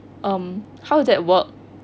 um how is that work